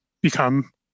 become